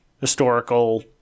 historical